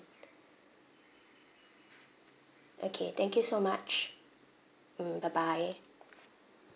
okay thank you so much mm bye bye